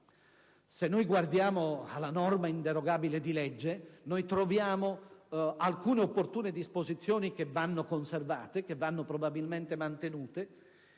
Se noi guardiamo alla norma inderogabile di legge, troviamo alcune opportune disposizioni che vanno probabilmente mantenute,